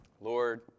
Lord